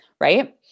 right